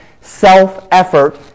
self-effort